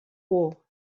war